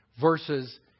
versus